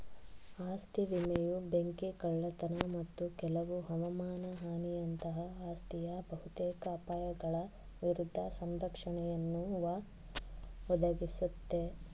ಆಸ್ತಿ ವಿಮೆಯು ಬೆಂಕಿ ಕಳ್ಳತನ ಮತ್ತು ಕೆಲವು ಹವಮಾನ ಹಾನಿಯಂತಹ ಆಸ್ತಿಯ ಬಹುತೇಕ ಅಪಾಯಗಳ ವಿರುದ್ಧ ಸಂರಕ್ಷಣೆಯನ್ನುಯ ಒದಗಿಸುತ್ತೆ